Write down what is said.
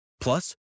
Plus